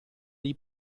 dei